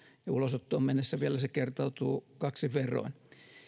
ja ulosottoon mennessä vielä se kertautuu kaksin verroin